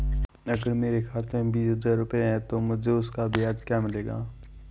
अगर मेरे खाते में बीस हज़ार रुपये हैं तो मुझे उसका ब्याज क्या मिलेगा?